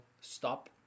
stop